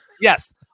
Yes